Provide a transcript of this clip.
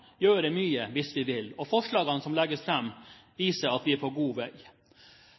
gjøre mye hvis vi vil, og forslagene som legges fram, viser at vi er på god vei.